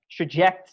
traject